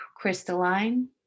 Crystalline